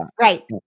Right